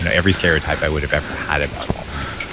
you know every stereotype i would have ever had about walmart.